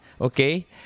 Okay